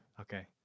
Okay